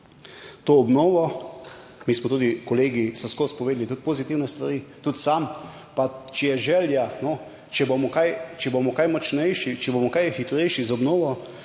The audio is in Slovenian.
to obnovo, mi smo tudi, kolegi so skozi povedali tudi pozitivne stvari, tudi sam, pa če je želja, no, če bomo kaj, če bomo kaj močnejši, če bomo kaj hitrejši z obnovo,